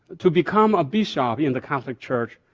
to become a bishop in the catholic church,